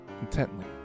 intently